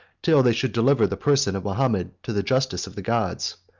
till they should deliver the person of mahomet to the justice of the gods.